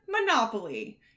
monopoly